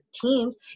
teams